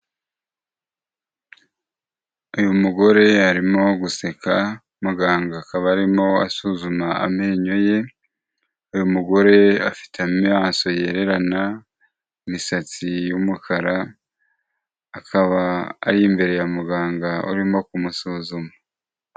Uyu mugore arimo guseka, muganga akaba arimo asuzuma amenyo ye, uyu mugore afite amaso yererana, imisatsi y'umukara, akaba ari imbere ya muganga urimo kumusuzuma.